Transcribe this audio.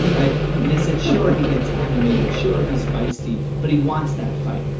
right? and they said, sure, he gets animated, sure, he's feisty, but he wants that fight,